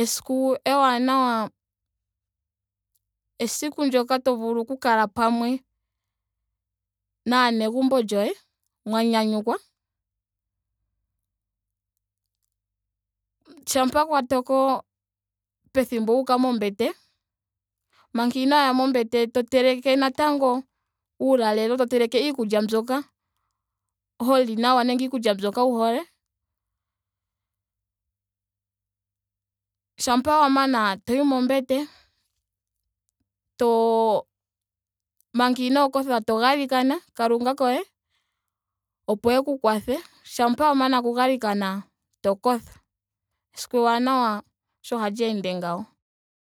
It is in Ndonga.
Esiku ewanawa esiku ndyoka to vulu oku kala pamwe naanegumbo lyoye. mwa nyanyukwa. shampa kwa toko pethimbo wuuka mombete. manga inooya mombete to teleke natango uulalelo. to teleke iikulya myoka ho li nawa nenge iikulya mbyoka wu hole. shampa wa mana to yi mombete. too. manga inoo kotha to galikana kalunga koye opo eku kwathe. shampa wa mana oku galikana to kotha. Esiku ewanawa osho hali ende ngawo